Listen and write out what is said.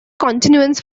continuance